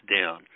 down